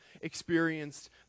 experienced